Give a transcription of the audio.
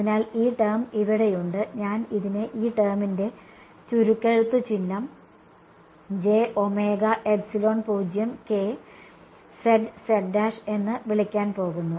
അതിനാൽ ഈ ടേo ഇവിടെയുണ്ട് ഞാൻ ഇതിനെ ഈ ടേമിന്റെ ചുരുക്കെഴുത്ത് ചിഹ്നം എന്ന് വിളിക്കാൻ പോകുന്നു